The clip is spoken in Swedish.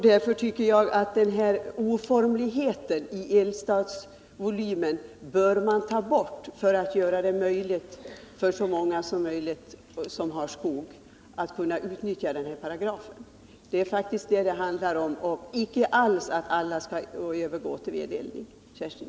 Därför tycker jag att man bör ta bort denna ”oformlighet” om eldstadsvolymen för att så många som möjligt skall kunna utnyttja den aktuella paragrafen. Det är faktiskt vad det handlar om, Kerstin Ekman, och inte alls att alla skall övergå till vedeldning.